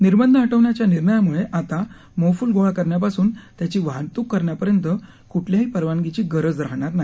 निर्बंध हटवण्याच्या निर्णयामुळे आता मोहफुल गोळा करण्यापासून त्याची वाहतूक करण्यापर्यंत कुठल्याही परवानगीची गरज राहणार नाही